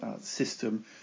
system